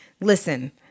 listen